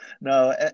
No